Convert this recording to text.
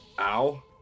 Ow